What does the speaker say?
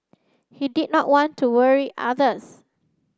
he did not want to worry others